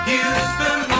Houston